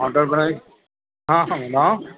outer بھائی ہاں ہاں بتاؤ